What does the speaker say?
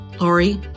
Lori